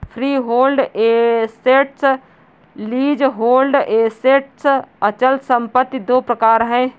freehold assets, leasehold assets अचल संपत्ति दो प्रकार है